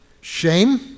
Shame